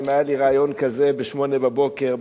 אם היה לי רעיון כזה בשמונה בבוקר,